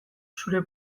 zure